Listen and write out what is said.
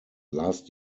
last